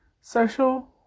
social